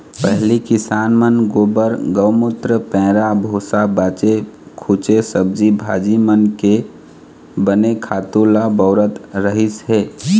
पहिली किसान मन गोबर, गउमूत्र, पैरा भूसा, बाचे खूचे सब्जी भाजी मन के बने खातू ल बउरत रहिस हे